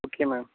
okay ma'am